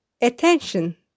Attention